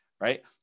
Right